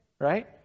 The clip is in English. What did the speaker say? right